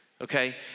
okay